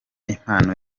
impano